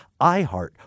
iheart